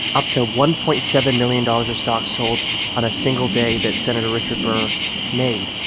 up to one point seven million dollars of stock sold on a single day that sen. richard burr made.